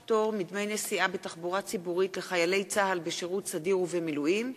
חוק-יסוד: משק המדינה (תיקון,